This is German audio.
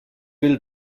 will